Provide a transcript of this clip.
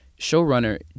showrunner